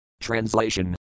Translation